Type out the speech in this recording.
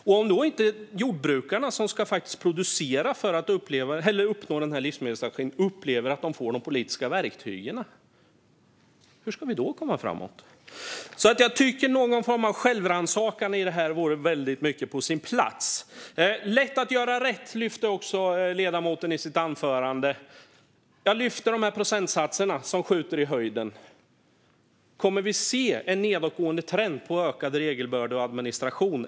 Om inte jordbrukarna, som faktiskt ska producera för att vi ska nå livsmedelsstrategins mål, upplever att de får de politiska verktygen, hur ska vi då komma framåt? Någon form av självrannsakan vore alltså på sin plats. Ledamoten lyfte också upp i sitt anförande att det ska vara lätt att göra rätt. Jag lyfter fram procentsatserna som skjuter i höjden. Kommer vi att se en nedåtgående trend vad gäller ökad regelbörda och administration?